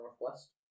Northwest